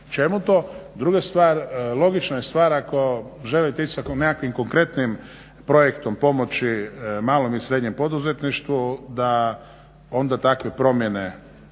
čemu to. Druga stvar, logična je stvar ako želite ići sa nekakvim konkretnim projektom pomoći malom i srednjem poduzetništvu da onda takve promjene,